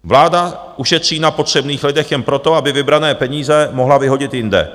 Vláda ušetří na potřebných lidech jen proto, aby vybrané peníze mohla vyhodit jinde.